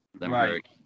Right